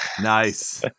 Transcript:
nice